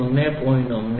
005 1